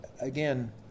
again